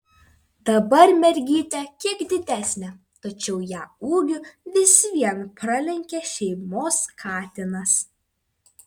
dabar mergytė kiek didesnė tačiau ją ūgiu vis vien pralenkia šeimos katinas